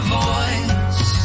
voice